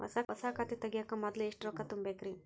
ಹೊಸಾ ಖಾತೆ ತಗ್ಯಾಕ ಮೊದ್ಲ ಎಷ್ಟ ರೊಕ್ಕಾ ತುಂಬೇಕ್ರಿ?